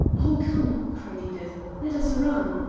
oh, come, cried edith, let us run!